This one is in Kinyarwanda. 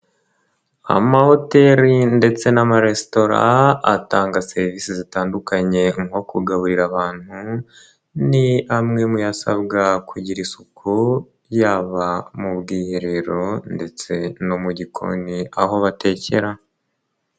Amahoteli ndetse n'amaresitora atanga serivisi zitandukanye nko kugaburira abantu, ni amwe mu yasabwa kugira isuku, yaba mu bwiherero ndetse no mu gikoni, aho batekera.